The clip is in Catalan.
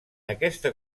aquesta